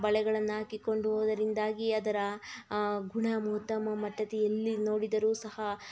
ಬಳೆಗಳನ್ನು ಹಾಕಿಕೊಂಡು ಅದರಿಂದಾಗಿ ಅದರ ಗುಣ ಉತ್ತಮ ಮಟ್ಟದ ಎಲ್ಲಿ ನೋಡಿದರೂ ಸಹ